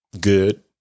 good